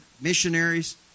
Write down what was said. missionaries